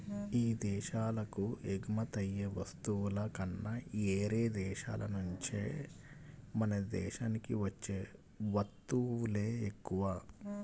ఇదేశాలకు ఎగుమతయ్యే వస్తువుల కన్నా యేరే దేశాల నుంచే మన దేశానికి వచ్చే వత్తువులే ఎక్కువ